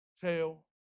tell